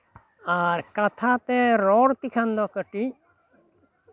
ᱟᱨ ᱠᱟᱛᱷᱟᱛᱮ ᱨᱚᱲ ᱛᱮᱠᱷᱟᱱ ᱫᱚ ᱠᱟᱹᱴᱤᱡ